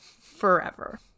Forever